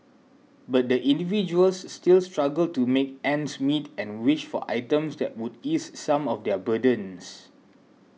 but the individuals still struggle to make ends meet and wish for items that would ease some of their burdens